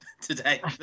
today